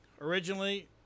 originally